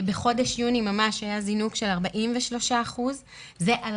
בחודש יוני היה זינוק של 43%. זה על